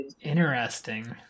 Interesting